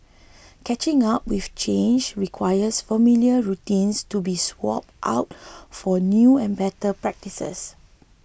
catching up with change requires familiar routines to be swapped out for new and better practices